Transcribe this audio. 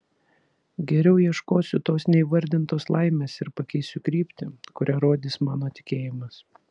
geriau ieškosiu tos neįvardintos laimės ir pakeisiu kryptį kurią rodys mano tikėjimas